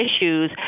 issues